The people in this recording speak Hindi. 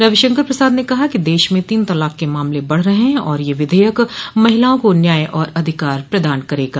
रविशंकर प्रसाद ने कहा कि देश में तीन तलाक के मामले बढ़ रहे हैं और यह विधेयक महिलाओं को न्याय और अधिकार प्रदान करेगा